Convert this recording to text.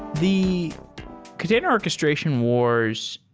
the container orches tration wars,